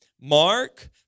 Mark